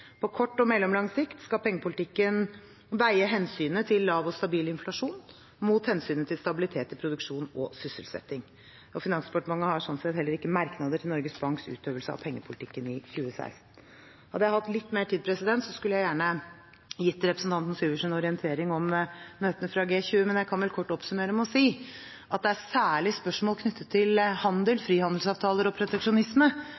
På kort og mellomlang sikt skal pengepolitikken veie hensynet til lav og stabil inflasjon mot hensynet til stabilitet i produksjon og sysselsetting. Finansdepartementet har sånn sett heller ikke merknader til Norges Banks utøvelse av pengepolitikken i 2016. Hadde jeg hatt litt mer tid, skulle jeg gjerne gitt representanten Syversen en orientering om møtene i G20, men jeg kan kort oppsummere med å si at det er særlig spørsmål knyttet til handel,